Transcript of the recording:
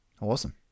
Awesome